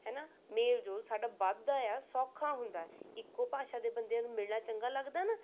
ਹੈ ਨਾ ਮੇਲ ਜੋਲ ਸਾਡਾ ਵੱਧਦਾ ਆ ਸੌਖਾ ਹੁੰਦਾ ਇੱਕੋ ਭਾਸ਼ਾ ਦੇ ਬੰਦਿਆਂ ਨੂੰ ਮਿਲਣਾ ਚੰਗਾ ਲੱਗਦਾ ਨਾ